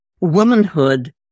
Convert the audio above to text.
womanhood